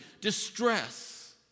distress